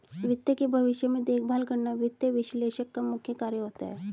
वित्त के भविष्य में देखभाल करना वित्त विश्लेषक का मुख्य कार्य होता है